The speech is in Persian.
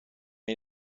این